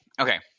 Okay